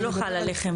זה לא חל עליכם,